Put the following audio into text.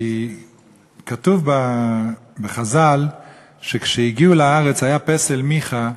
כי כתוב בחז"ל שכשהגיעו לארץ היה פסל מיכה,